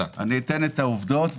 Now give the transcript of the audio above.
אציג את העובדות.